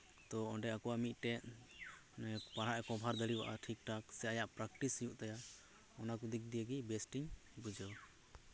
ᱛᱳ ᱚᱸᱰᱮᱱᱟᱜ ᱟᱠᱚᱣᱟᱜ ᱢᱤᱫᱴᱮᱱ ᱯᱟᱲᱦᱟᱜ ᱮ ᱠᱚᱵᱷᱟᱨ ᱫᱟᱲᱮᱭᱟᱜᱼᱟ ᱴᱷᱤᱠ ᱴᱷᱟᱠ ᱥᱮ ᱟᱭᱟᱜ ᱯᱨᱮᱠᱴᱤᱥ ᱦᱩᱭᱩᱜ ᱛᱟᱭᱟ ᱚᱱᱟ ᱠᱚ ᱫᱤᱠ ᱫᱤᱭᱮ ᱜᱮ ᱵᱮᱥ ᱤᱧ ᱵᱩᱡᱷᱟᱹᱣᱟ